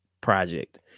project